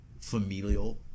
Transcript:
familial